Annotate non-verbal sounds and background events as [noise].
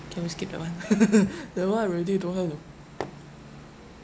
can we skip that [one] [laughs] that [one] I really don't know how to